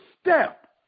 step